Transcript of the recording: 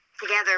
together